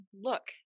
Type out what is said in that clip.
Look